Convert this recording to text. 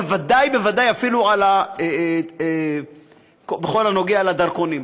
ודאי וודאי אפילו בכל הקשור לדרכונים.